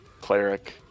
Cleric